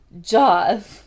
Jaws